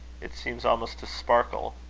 it seems almost to sparkle.